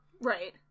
Right